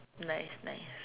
nice nice